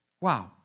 Wow